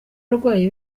abarwayi